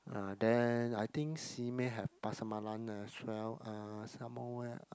uh then I think Simei have Pasar-Malam as well uh some more where ah